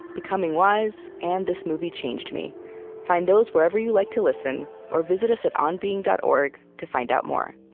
becoming wise, and this movie changed me find those wherever you like to listen or visit us at onbeing dot org to find out more